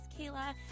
Kayla